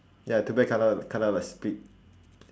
ya too bad cannot cannot like split